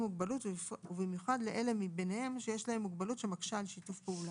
מוגבלות ובמיוחד לאלו מביניהם שיש להם מוגבלות שמקשה על שיתוף פעולה,